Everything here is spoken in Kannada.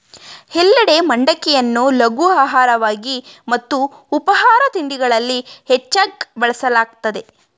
ಎಲ್ಲೆಡೆ ಮಂಡಕ್ಕಿಯನ್ನು ಲಘು ಆಹಾರವಾಗಿ ಮತ್ತು ಉಪಾಹಾರ ತಿಂಡಿಗಳಲ್ಲಿ ಹೆಚ್ಚಾಗ್ ಬಳಸಲಾಗ್ತದೆ